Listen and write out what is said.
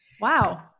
Wow